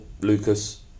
Lucas